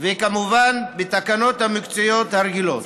וכמובן בתקנות המקצועיות הרגילות.